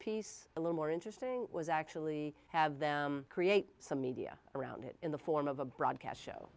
piece a lot more interesting was actually have them create some media around it in the form of a broadcast show